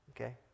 Okay